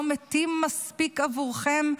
לא מתים מספיק עבורכם,